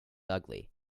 ugly